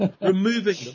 removing